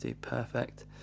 perfect